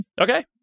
Okay